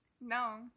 No